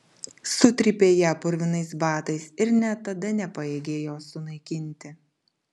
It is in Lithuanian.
sutrypei ją purvinais batais ir net tada nepajėgei jos sunaikinti